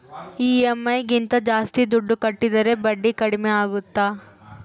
EMI ಗಿಂತ ಜಾಸ್ತಿ ದುಡ್ಡು ಕಟ್ಟಿದರೆ ಬಡ್ಡಿ ಕಡಿಮೆ ಆಗುತ್ತಾ?